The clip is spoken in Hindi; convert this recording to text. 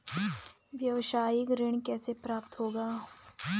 व्यावसायिक ऋण कैसे प्राप्त होगा?